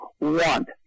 want